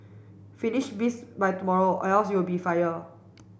finish this by tomorrow else you will be fired